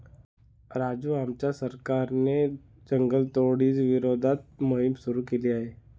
राजू आमच्या सरकारने जंगलतोडी विरोधात मोहिम सुरू केली आहे